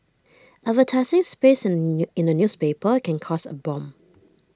advertising space in A newspaper can cost A bomb